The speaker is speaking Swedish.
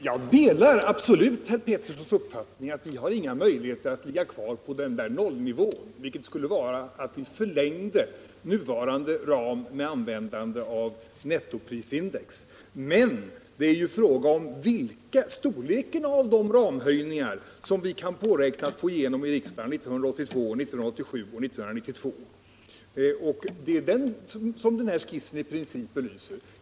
Herr talman! Jag delar helt Per Peterssons uppfattning att vi inte har några möjligheter att ligga kvar på 0-nivån, vilket skulle innebära att vi förlängde nuvarande ram genom användandet av nettoprisindex. Vad det här är fråga om är ju hur stora ramhöjningar vi kan påräkna att få igenom i riksdagen 1982, 1987 och 1992, vilket presenterade skiss belyser.